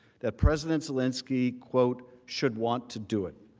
that president zelensky quote should want to do it.